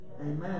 Amen